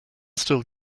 still